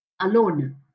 alone